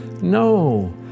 No